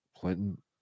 Clinton